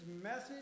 message